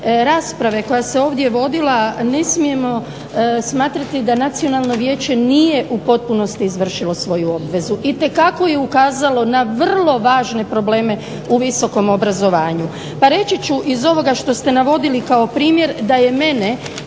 rasprave koja se ovdje vodila ne smijemo smatrati da nacionalno vijeće nije u potpunosti izvršilo svoju obvezu. Itekako je ukazalo na vrlo važne probleme u visokom obrazovanju. Pa reći ću iz ovog što ste navodili kao primjer, da je mene